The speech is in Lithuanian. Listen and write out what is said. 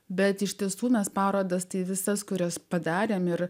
bet iš tiesų mes parodos tai visas kurias padarėme ir